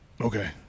okay